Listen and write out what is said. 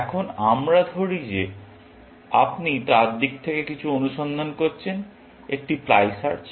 এখন আমরা ধরি যে আপনি তার দিক থেকে কিছু অনুসন্ধান করছেন একটি প্লাই সার্চ